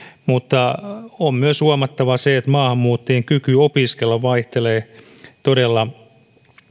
mutta on myös huomattava se että maahanmuuttajien kyky opiskella vaihtelee todella